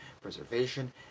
preservation